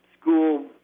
school